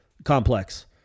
complex